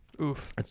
Oof